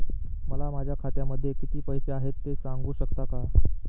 मला माझ्या खात्यामध्ये किती पैसे आहेत ते सांगू शकता का?